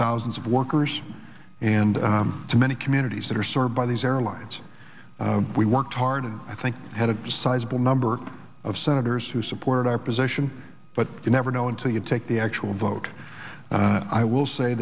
thousands of workers and to many communities that are served by these airlines we worked hard i think had a sizable number of senators who supported our position but you never know until you take the actual vote i will say